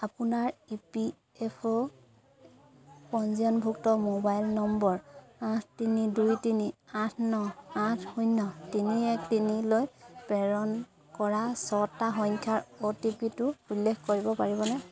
আপোনাৰ E P F O পঞ্জীয়নভুক্ত mobile number আঠ তিনি দুই তিনি আঠ ন আঠ শূন্য তিনি এক তিনিলৈ প্ৰেৰণ কৰা ছটা সংখ্যাৰ অ' টি পিটো উল্লেখ কৰিব পাৰিবনে